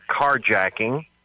carjacking